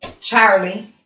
Charlie